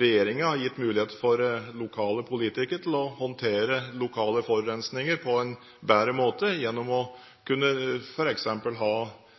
regjeringen gitt muligheter for lokale politikere til å håndtere lokale forurensninger på en bedre måte gjennom f.eks. å kunne ha